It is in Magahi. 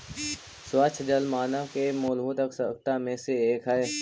स्वच्छ जल मानव के मूलभूत आवश्यकता में से एक हई